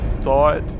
thought